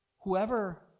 whoever